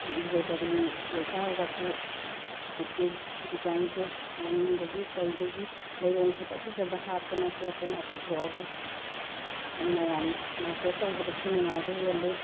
embroidery ꯑꯣꯏꯇꯥꯔꯒꯁꯨ ꯍꯧꯖꯤꯛꯇꯤ ꯗꯤꯖꯥꯏꯟꯁꯦ ꯂꯪꯗꯒꯤ ꯀꯩꯗꯒꯤ ꯂꯩꯔꯣꯡ ꯐꯖ ꯐꯖꯕ ꯍꯥꯞꯇꯅ ꯈꯣꯠꯇꯅ ꯄꯨꯊꯣꯛꯑꯒ ꯃꯌꯥꯝ ꯃꯥꯔꯀꯦꯠ ꯇꯧꯕꯗꯁꯨ ꯅꯨꯡꯉꯥꯏꯕ ꯍꯦꯜꯂꯤ